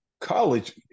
college